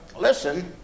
listen